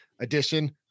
edition